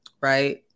Right